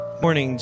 Morning